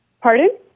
Pardon